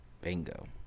Bingo